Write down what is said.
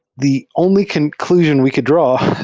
the only conclusion we could draw,